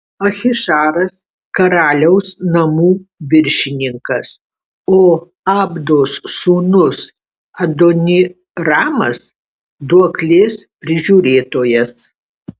ahišaras karaliaus namų viršininkas o abdos sūnus adoniramas duoklės prižiūrėtojas